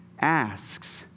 asks